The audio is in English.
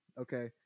okay